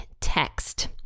text